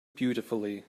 beautifully